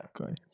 okay